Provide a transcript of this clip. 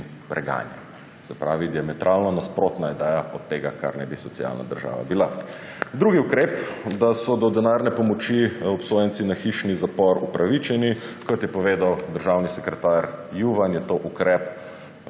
preganjanju. Se pravi diametralno nasprotna ideja od tega, kar naj bi socialna država bila. Drugi ukrep, da so do denarne pomoči upravičeni obsojenci na hišni zapor. Kot je povedal državni sekretar Juvan, je to ukrep,